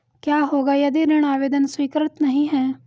क्या होगा यदि ऋण आवेदन स्वीकृत नहीं है?